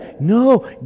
No